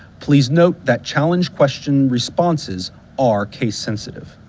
please note that challenge questions responses are case sensitive.